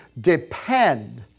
depend